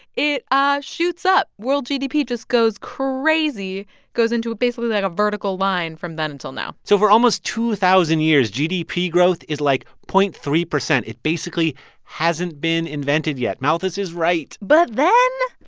it ah shoots up. world gdp just goes crazy goes into basically, like, a vertical line from then and till now so for almost two thousand years, gdp growth is, like, zero point three percent. it basically hasn't been invented yet. malthus is right but then,